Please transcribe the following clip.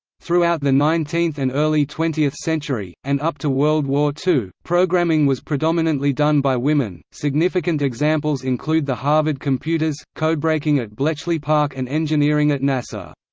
throughout the nineteenth and early twentieth century, and up to world war ii, programming was predominantly done by women significant examples include the harvard computers, codebreaking at bletchley park and engineering at nasa.